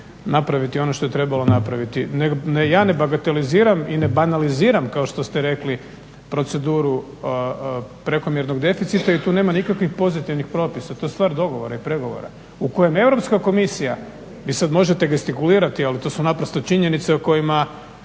napraviti ono što je trebalo napraviti. Ja ne bagateliziram i ne banaliziram kao što ste rekli proceduru prekomjernog deficita i tu nema nikakvih pozitivnih propisa, to je stvar dogovora i pregovora u kojem Europska komisija, vi sada možete gestikulirati ali to su naprosto činjenice o kojima